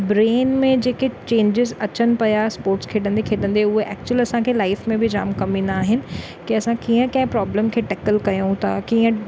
brain में जेके changes अचनि पिया स्पोट्स खेॾंदे खेॾंदे उहे एक्चुली असांखे लाईफ में बि जाम कमु ईंदा आहिनि की असां कीअं कंहिं प्रॉब्लम खे टेकल कयूं था कीअं